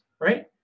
right